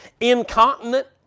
Incontinent